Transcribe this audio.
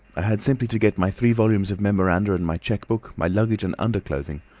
i had simply to get my three volumes of memoranda and my cheque-book, my luggage and underclothing,